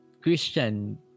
Christian